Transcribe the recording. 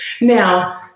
Now